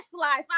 life